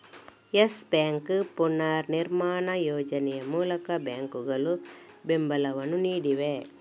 Yes Bank ಪುನರ್ನಿರ್ಮಾಣ ಯೋಜನೆ ಮೂಲಕ ಬ್ಯಾಂಕುಗಳು ಬೆಂಬಲವನ್ನು ನೀಡಿವೆ